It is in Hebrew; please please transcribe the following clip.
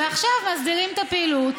ועכשיו מסדירים את הפעילות,